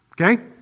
Okay